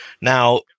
now